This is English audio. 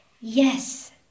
yes